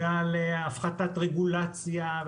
ועל הפחתת רגולציה,